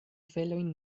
felojn